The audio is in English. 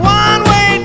one-way